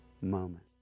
moment